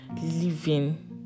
living